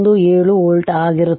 817 volt ಆಗುತ್ತದೆ